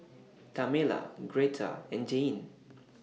Tamela Gretta and Jayne